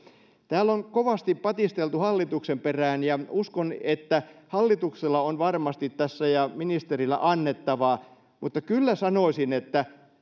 täällä on kovasti patisteltu hallituksen perään ja uskon että hallituksella ja ministerillä on varmasti tässä annettavaa mutta kyllä sanoisin että